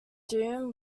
doom